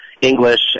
English